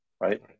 right